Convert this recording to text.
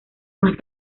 más